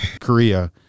Korea